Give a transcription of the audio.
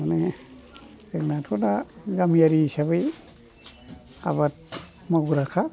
माने जोंनाथ' दा गामियारि हिसाबै आबाद मावग्राखा